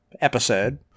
episode